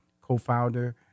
co-founder